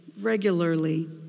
regularly